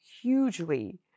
hugely